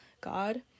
God